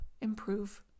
improve